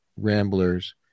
ramblers